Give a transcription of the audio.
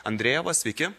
andrejevas sveiki